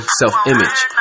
self-image